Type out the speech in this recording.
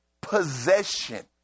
possession